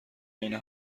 عین